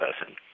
person